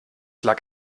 lag